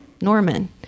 norman